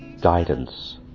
guidance